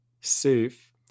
safe